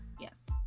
Yes